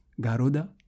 Garuda